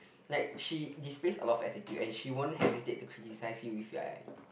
like she displace a lot of attitude and she won't hesitate to criticise you if you are